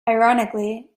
ironically